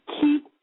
keep